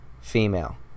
female